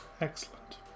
Excellent